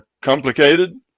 complicated